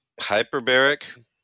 Hyperbaric